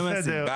SMS על כל חוב.